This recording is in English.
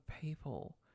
people